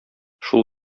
шул